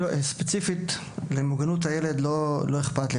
ספציפית למוגנות הילד לא אכפת לי,